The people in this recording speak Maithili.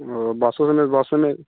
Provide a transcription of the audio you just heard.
ओ बसोसँ नहि बसोमे